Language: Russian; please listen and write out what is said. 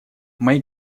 мои